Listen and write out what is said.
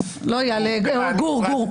לא איל, גור.